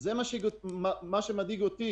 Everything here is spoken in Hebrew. זה מה שמדאיג אותי.